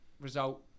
result